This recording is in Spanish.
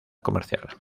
comercial